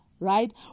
right